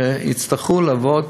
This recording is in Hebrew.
שיצטרכו לעבוד